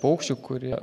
paukščių kurie